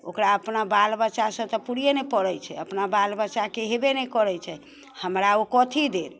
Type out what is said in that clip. ओकरा अपना बाल बच्चासँ तऽ पुरिये नहि पड़ै छै अपना बाल बच्चाके हेबे ने करै छै हमरा ओ कथी देत